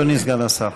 אדוני סגן השר.